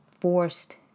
forced